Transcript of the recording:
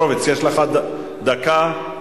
כמובן,